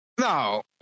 no